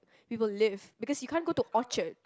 people live because you can't go to Orchard